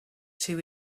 two